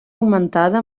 augmentada